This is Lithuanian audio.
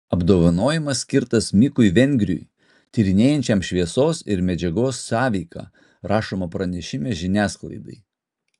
apdovanojimas skirtas mikui vengriui tyrinėjančiam šviesos ir medžiagos sąveiką rašoma pranešime žiniasklaidai